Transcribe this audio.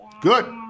Good